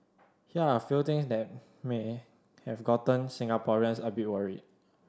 here are a few things that may have gotten Singaporeans a bit worried